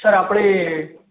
sir આપણે